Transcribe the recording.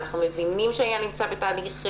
אנחנו מבינים שהעניין נמצא בתהליך חקיקה,